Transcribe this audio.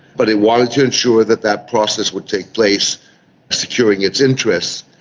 but it wanted to ensure that that process would take place securing its interests,